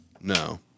No